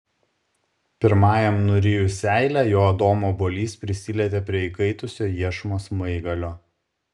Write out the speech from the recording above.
pirmajam nurijus seilę jo adomo obuolys prisilietė prie įkaitusio iešmo smaigalio